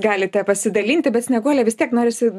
galite pasidalinti bet snieguole vis tiek norisi